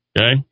okay